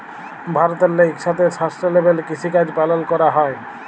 ভারতেল্লে ইকসাথে সাস্টেলেবেল কিসিকাজ পালল ক্যরা হ্যয়